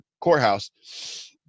Courthouse